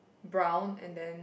brown and then